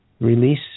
release